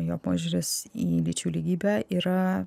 jo požiūris į lyčių lygybę yra